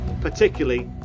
particularly